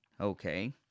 okay